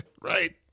Right